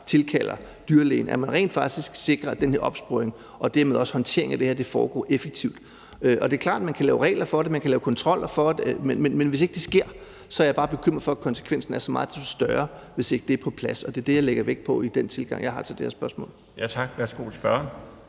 tilkalder dyrlægen, og at vi rent faktisk sikrer, at den her opsporing og dermed også håndteringen af det her foregår effektivt. Det er klart, at man kan lave regler for det, man kan lave kontroller for det, men hvis ikke det sker, er jeg bare bekymret for, at konsekvensen er så meget desto større, hvis ikke det er på plads, og det er det, jeg lægger vægt på i den tilgang, jeg har til det her spørgsmål. Kl. 20:50 Den fg.